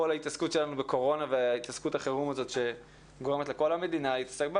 כל ההתעסקות שלנו בקורונה והתעסקות החירום שגורמת לכל המדינה להתעסק בה,